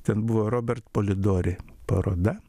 ten buvo robert polidori paroda